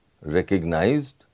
recognized